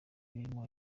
birimo